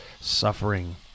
suffering